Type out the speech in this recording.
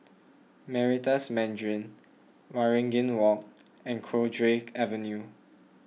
Meritus Mandarin Waringin Walk and Cowdray Avenue